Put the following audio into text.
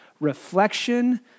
reflection